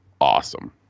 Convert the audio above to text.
awesome